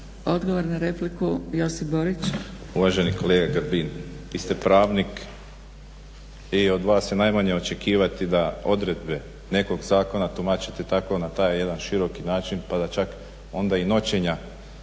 Borić. **Borić, Josip (HDZ)** Uvaženi kolega Grbin vi ste pravnik i od vas se najmanje očekivati da odredbe nekog zakona tumačite tako na taj jedan široki način pa da čak onda i noćenja